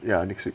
ya next week